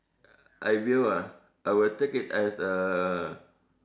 I will ah I will take it as a